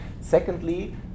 Secondly